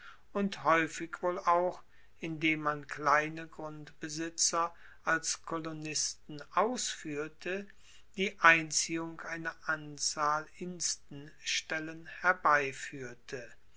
und haeufig wohl auch indem man kleine grundbesitzer als kolonisten ausfuehrte die einziehung einer anzahl instenstellen herbeifuehrte